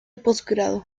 posgrado